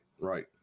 right